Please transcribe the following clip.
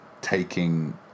taking